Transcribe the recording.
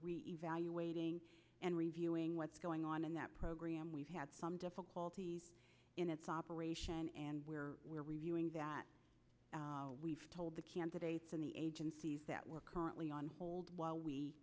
we're evaluating and reviewing what's going on in that program we've had some difficulties in its operation and we're reviewing that we've told the candidates in the agencies that were currently on hold while we